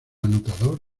anotador